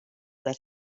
that